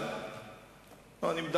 יש